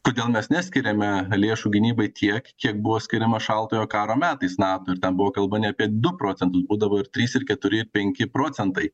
kodėl mes neskiriame lėšų gynybai tiek kiek buvo skiriama šaltojo karo metais nato ir ten buvo kalba ne apie du procentus būdavo ir trys ir keturi ir penki procentai